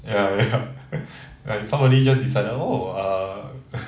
ya lah ya like somebody just decided oh err